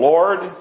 Lord